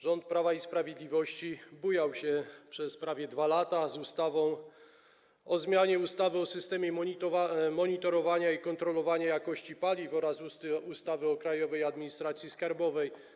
Rząd Prawa i Sprawiedliwości bujał się przez prawie 2 lata z ustawą o zmianie ustawy o systemie monitorowania i kontrolowania jakości paliw oraz ustawy o Krajowej Administracji Skarbowej.